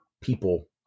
people